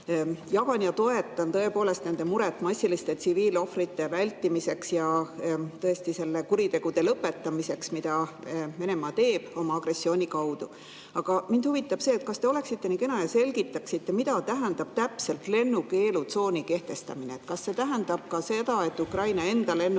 Jagan ja toetan tõepoolest nende muret massiliste tsiviilohvrite pärast ja tõesti nende kuritegude lõpetamiseks, mida Venemaa teeb oma agressiooni kaudu. Aga mind huvitab see, kas te oleksite nii kena ja selgitaksite, mida tähendab täpselt lennukeelutsooni kehtestamine. Kas see tähendab ka seda, et Ukraina enda lennukid ei